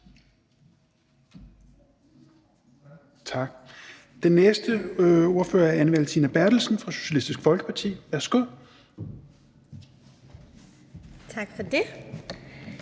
Den næste ordfører er Anne Valentina Berthelsen fra Socialistisk Folkeparti. Værsgo. Kl.